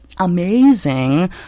Amazing